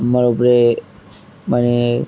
আমার উপরে মানে